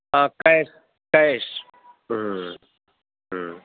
ہاں cash cash